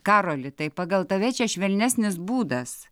karoli tai pagal tave čia švelnesnis būdas